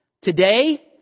Today